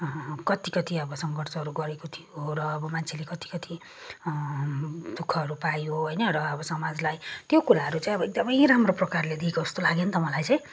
कति कति सङ्घर्ष गरेको थियो र अब मान्छेले कति कति दु खहरू पायो होइन र अब समाजलाई त्यो कुराहरू चाहिँ एकदमै राम्रो प्रकारले दिएको जस्तो लाग्यो नि त मलाई चाहिँ